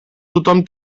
tothom